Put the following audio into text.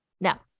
now